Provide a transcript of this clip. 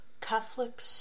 Catholic